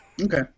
Okay